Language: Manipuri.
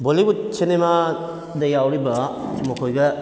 ꯕꯣꯂꯤꯋꯨꯗ ꯁꯤꯅꯦꯃꯥꯗ ꯌꯥꯎꯔꯤꯕ ꯃꯈꯣꯏꯗ